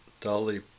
Dolly